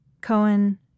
Cohen